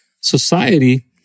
society